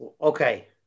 Okay